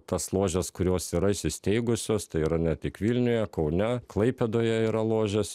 tas ložes kurios yra įsisteigusios tai yra ne tik vilniuje kaune klaipėdoje yra ložės